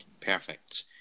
Perfect